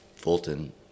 Fulton